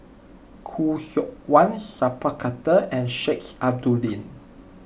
Khoo Seok Wan Sat Pal Khattar and Sheik Alau'ddin